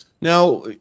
Now